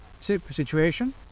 situation